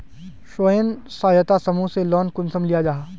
स्वयं सहायता समूह से लोन कुंसम लिया जाहा?